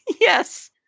Yes